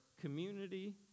community